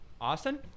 austin